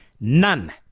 None